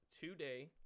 today